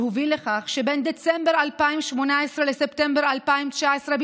שהוביל לכך שבין דצמבר 2018 לספטמבר 2019,